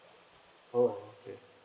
orh okay